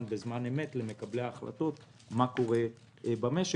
בזמן אמת למקבלי ההחלטות כדי לראות מה קורה במשק.